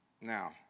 Now